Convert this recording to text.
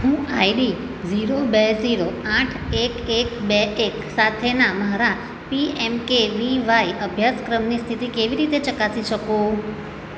હું ID zero બે zero આઠ એક એક બે એક સાથેના મારા P M K V Y અભ્યાસક્રમની સ્થિતિ કેવી રીતે ચકાસી શકું